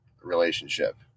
relationship